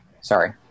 sorry